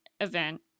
event